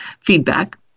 feedback